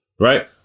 right